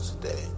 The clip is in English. today